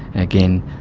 again,